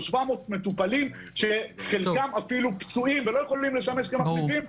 700 מטפלים שחלקם אפילו פצועים ולא יכולים לשמש כמחליפים?